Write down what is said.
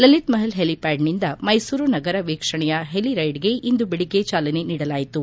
ಲಲಿತ್ ಮಹಲ್ ಹೆಲಿಪ್ಟಾಡ್ನಿಂದ ಮೈಸೂರು ನಗರ ವೀಕ್ಷಣೆಯ ಹೆಲಿರೈಡ್ಗೆ ಇಂದು ಬೆಳಗ್ಗೆ ಚಾಲನೆ ನೀಡಲಾಯಿತು